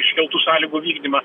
iškeltų sąlygų vykdymą